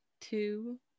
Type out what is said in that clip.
two